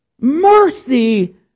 mercy